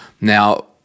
Now